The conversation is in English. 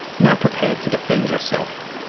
now prepared to defend yourself.